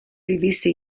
riviste